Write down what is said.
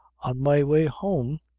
on my way home,